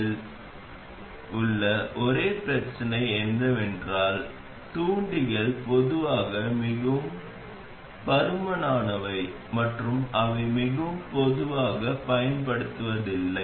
இதில் உள்ள ஒரே பிரச்சனை என்னவென்றால் தூண்டிகள் பொதுவாக மிகவும் பருமனானவை மற்றும் அவை மிகவும் பொதுவாக பயன்படுத்தப்படுவதில்லை